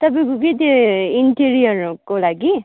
तपाईँको के त्यही इन्टिरियरहरूको लागि